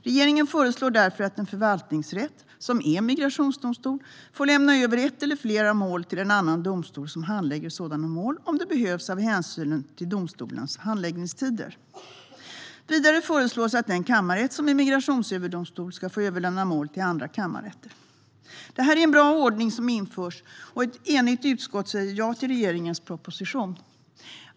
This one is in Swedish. Regeringen förslår därför att en förvaltningsrätt som är migrationsdomstol får lämna över ett eller flera mål till en annan domstol som handlägger sådana mål, om det behövs av hänsyn till domstolens handläggningstider. Vidare föreslås att den kammarrätt som är migrationsöverdomstol får lämna över mål till andra kammarrätter. Det här är en bra ordning som införs, och ett enigt utskott säger ja till regeringens proposition.